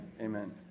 amen